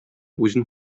үзен